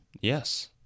Yes